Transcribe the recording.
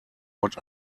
what